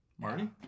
Marty